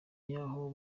yaho